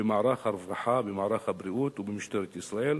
במערך הרווחה, במערך הבריאות ובמשטרת ישראל.